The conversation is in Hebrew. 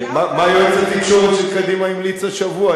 נתניהו ו מה יועץ התקשורת של קדימה המליץ השבוע?